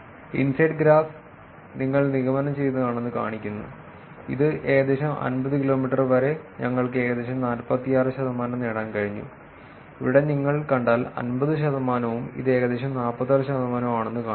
inside graph നിങ്ങൾ നിമജ്ജനം ചെയ്തതാണെന്ന് കാണിക്കുന്നു ഇത് ഏകദേശം 50 കിലോമീറ്റർ വരെ ഞങ്ങൾക്ക് ഏകദേശം 46 ശതമാനം നേടാൻ കഴിഞ്ഞു ഇവിടെ നിങ്ങൾ കണ്ടാൽ 50 ശതമാനവും ഇത് ഏകദേശം 46 ശതമാനവും ആണെന്ന് കാണിക്കുന്നു